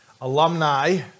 Alumni